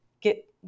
get